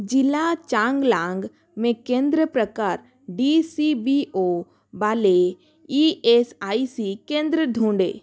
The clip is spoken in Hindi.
ज़िला चाँगलाँग में केंद्र प्रकार डी सी बी ओ वाले ई एस आई सी केंद्र ढूँढें